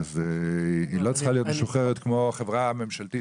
לא צריכה להיות משוחררת כמו חברה ממשלתית